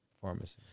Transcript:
pharmacy